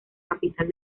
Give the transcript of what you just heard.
capital